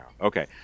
Okay